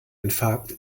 infarkt